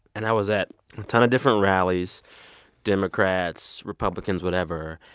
and i was at a ton of different rallies democrats, republicans, whatever.